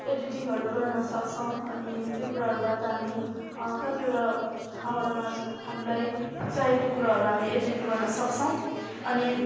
एडिटिङहरू गर्न सक्छौँ अनि त्यो कुरोहरूबाट हामी कतिवटा ठाउँहरूमा हामीलाई चाहिएको कुराहरू हामी एडिट गर्न सक्छौँ अनि